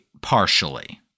partially